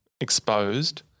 exposed